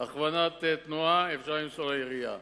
את הכוונת התנועה אפשר למסור לעירייה,